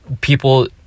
people